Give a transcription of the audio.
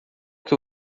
que